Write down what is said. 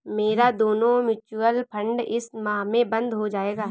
मेरा दोनों mutual fund इस माह में बंद हो जायेगा